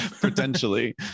Potentially